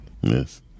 Yes